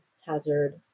hazard